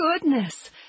Goodness